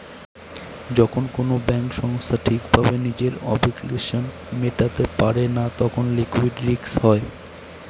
যখন কোনো ব্যাঙ্ক সংস্থা ঠিক ভাবে নিজের অব্লিগেশনস মেটাতে পারে না তখন লিকুইডিটি রিস্ক হয়